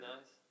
Nice